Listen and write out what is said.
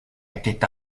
était